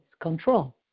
control